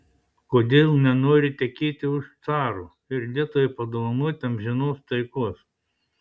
kodėl nenori tekėti už caro ir lietuvai padovanoti amžinos taikos